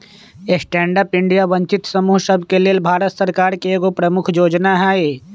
stand up India वंचित समूह सभके लेल भारत सरकार के एगो प्रमुख जोजना हइ